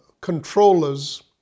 controllers